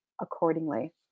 accordingly